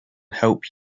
help